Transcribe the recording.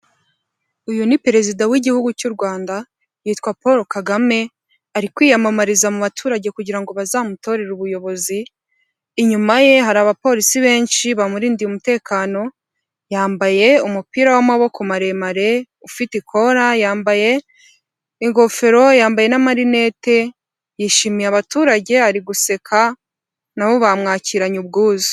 Uyu ni perezida w'igihugu cy'u Rwanda yitwa Paul Kagame, ari kwiyamamariza mu baturage kugira ngo bazamutorere ubuyobozi, inyuma ye hari abapolisi benshi bamurindiye umutekano, yambaye umupira w'amaboko maremare ufite ikora, yambaye ingofero, yambaye n'amarinete, yashimiye abaturage ari guseka na bo bamwakiranye ubwuzu.